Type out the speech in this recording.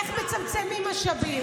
איך מצמצמים משאבים.